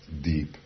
deep